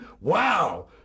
Wow